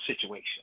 situation